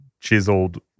chiseled